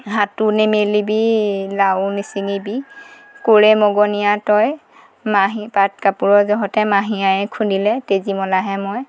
হাতো নেমেলিবি লাও নিচিঙিবি কৰে মগনীয়া তই মাহী পাট কাপোৰ জহতে মাহী আই খুন্দিলে তেজীমলাহে মই